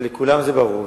אבל לכולם זה ברור,